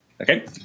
Okay